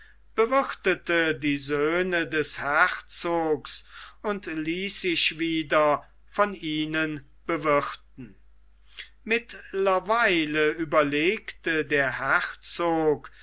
bewirthete die söhne des herzogs und ließ sich wieder von ihnen bewirthen mittlerweile überlegte der herzog